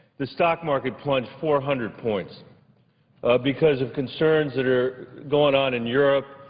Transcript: the stock market plunged four hundred points because of concerns that are going on in europe,